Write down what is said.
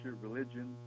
religion